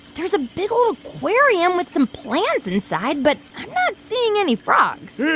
there's a big old aquarium with some plants inside, but i'm not seeing any frogs here,